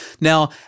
Now